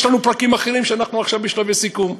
יש לנו פרקים אחרים שאנחנו עכשיו בשלבי סיכום בהם.